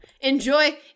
Enjoy